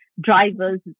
driver's